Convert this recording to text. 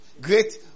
great